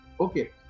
Okay